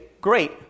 great